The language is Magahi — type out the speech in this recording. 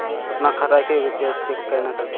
अपना खाता के रुपया चेक केना करबे?